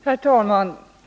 Herr talman!